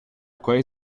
quei